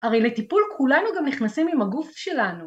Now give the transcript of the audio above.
הרי לטיפול כולנו גם נכנסים עם הגוף שלנו.